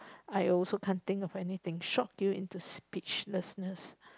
I also can't think of anything shock you into speechlessness